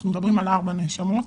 אנחנו מדברים על ארבע נאשמות.